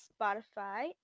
Spotify